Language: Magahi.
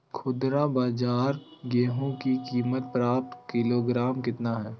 खुदरा बाजार गेंहू की कीमत प्रति किलोग्राम कितना है?